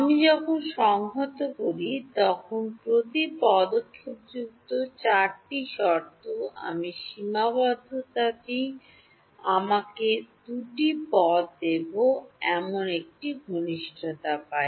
আমি যখন সংহত করি তখন প্রতিটি পদক্ষেপযুক্ত চারটি শর্ত আমি সীমাবদ্ধতাটি আমাকে দুটি পদ দেবো এমন একটি ঘনিষ্ঠতা পাই